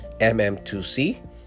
mm2c